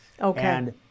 Okay